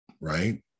right